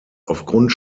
aufgrund